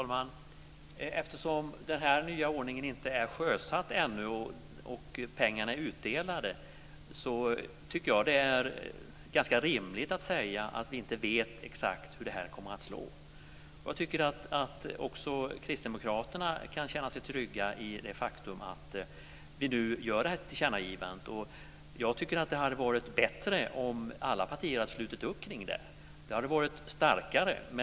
Herr talman! Eftersom den nya ordningen ännu inte är sjösatt och pengarna inte är utdelade är det ganska rimligt att säga att vi inte vet exakt hur det kommer att slå. Jag tycker att också kristdemokraterna kan känna sig trygga i det faktum att vi nu gör det tillkännagivandet. Det hade varit bättre om alla partier hade slutit upp kring det. Då hade det varit starkare.